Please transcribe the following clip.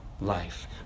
life